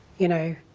you know,